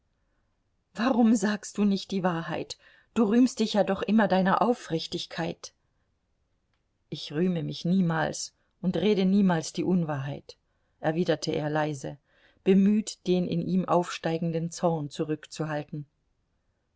warum sagst du nicht die wahrheit du rühmst dich ja doch immer deiner aufrichtigkeit ich rühme mich niemals und rede niemals die unwahrheit erwiderte er leise bemüht den in ihm aufsteigenden zorn zurückzuhalten